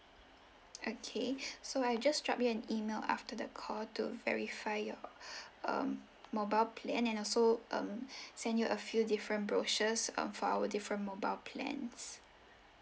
okay so I'll just drop you an email after the call to verify your um mobile plan and also um send you a few different brochures um for our different mobile plans